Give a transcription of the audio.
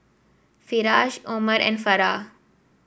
Firash Omar and Farah